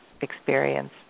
experience